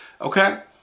okay